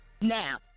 Now